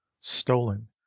stolen